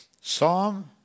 Psalm